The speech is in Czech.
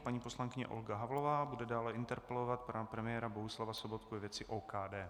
Paní poslankyně Olga Havlová bude dále interpelovat pana premiéra Bohuslava Sobotku ve věci OKD.